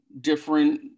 different